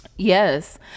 yes